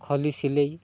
ଖଲି ସିଲେଇ